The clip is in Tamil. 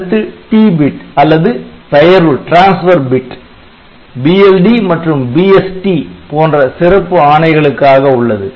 அடுத்து T பிட் அல்லது பெயர்வு பிட் BLD மற்றும் BST போன்ற சிறப்பு ஆணைகளுக்காக உள்ளது